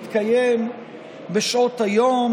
הוא התקיים בשעות היום.